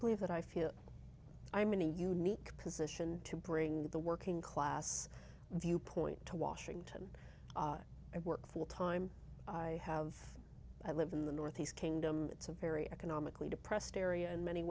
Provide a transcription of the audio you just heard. believe that i feel i'm in a unique position to bring the working class viewpoint to washington i work full time i have i live in the northeast kingdom it's a very economically depressed area in many